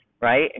right